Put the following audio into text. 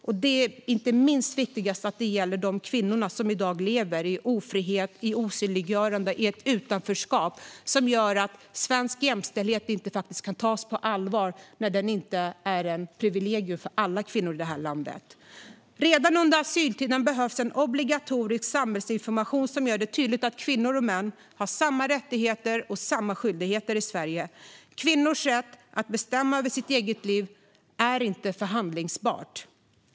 Inte minst är det viktigt att den gäller de kvinnor som i dag lever i ofrihet, i osynliggörande och i ett utanförskap som gör att svensk jämställdhet inte kan tas på allvar då den inte är ett privilegium för alla kvinnor i detta land. Redan under asyltiden behövs obligatorisk samhällsinformation som gör det tydligt att kvinnor och män har samma rättigheter och skyldigheter i Sverige. Kvinnors rätt att bestämma över sitt eget liv är inte förhandlingsbar.